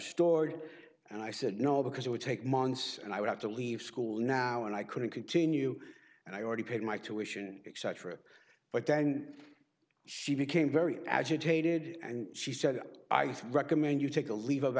stored and i said no because it would take months and i would have to leave school now and i couldn't continue and i already paid my tuition except for it but then she became very agitated and she said i recommend you take a leave of